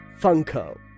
Funko